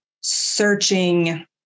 searching